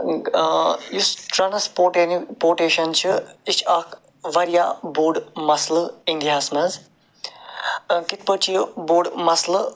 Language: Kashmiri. یُس ٹرٛانٛسپوٹِنٛگ پوٹیٚشن چھِ یہِ چھِ اَکھ وارِیاہ بوٚڈ مسلہٕ اِںٛڈِیاہس منٛز کِتھٕ پٲٹھۍ چھِ یہِ بوٚڈ مسلہٕ